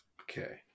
Okay